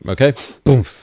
okay